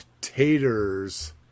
taters